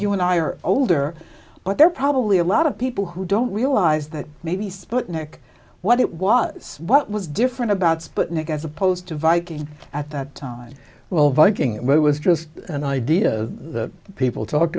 you and i are older but there are probably a lot of people who don't realize that maybe sputnik what it was what was different about sputnik as opposed to viking at that time well viking it was just an idea that people talked